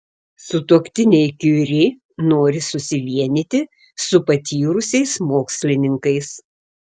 sutuoktiniai kiuri nori susivienyti su patyrusiais mokslininkais